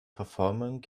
verformung